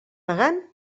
pagant